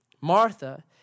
Martha